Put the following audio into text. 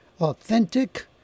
authentic